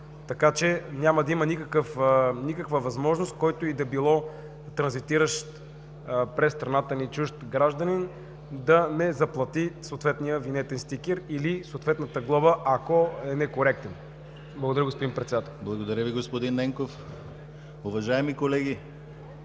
страната. Няма да има никаква възможност който и да било транзитиращ през страната ни чужд гражданин да не заплати съответния винетен стикер или съответната глоба, ако е некоректен. Благодаря, господин Председател. ПРЕДСЕДАТЕЛ ДИМИТЪР ГЛАВЧЕВ: Благодаря Ви, господин Ненков. Уважаеми колеги,